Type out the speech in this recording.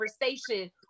conversation